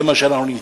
זה מה שאמצא.